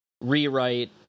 rewrite